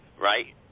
right